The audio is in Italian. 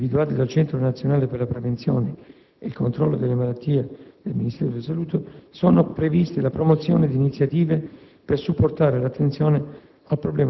individuate dal Centro nazionale per la prevenzione e il controllo delle malattie del Ministero della salute, sono previste la promozione di iniziative per supportare l'attenzione